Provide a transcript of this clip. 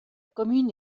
commune